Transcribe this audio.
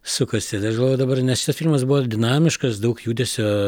sukasi tai aš galvoju jau dabar nes šitas filmas buvo dinamiškas daug judesio